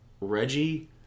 Reggie